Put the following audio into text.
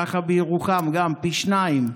ככה גם בירוחם, פי שניים.